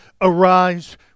arise